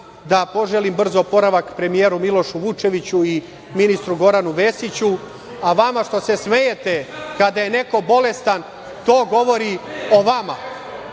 Da poželim brz oporavak premijeru Milošu Vučeviću i ministru Goranu Vesiću. Vama što se smejete kada je neko bolestan to govori o vama.